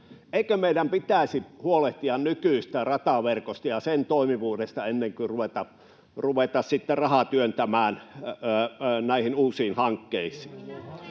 Eikö meidän pitäisi huolehtia nykyisestä rataverkosta ja sen toimivuudesta ennemmin kuin ruveta rahaa työntämään uusiin hankkeisiin?